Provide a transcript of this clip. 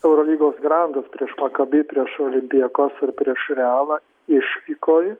eurolygos grandus prieš makabi prieš olimpiakos ir prieš realą išvykoj